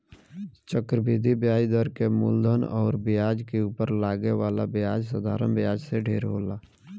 चक्रवृद्धि ब्याज दर के मूलधन अउर ब्याज के उपर लागे वाला ब्याज साधारण ब्याज से ढेर होला